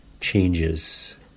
changes